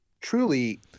truly